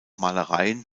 malereien